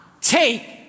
take